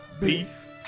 beef